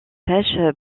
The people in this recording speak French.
taches